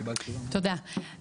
תודה.